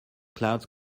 clouds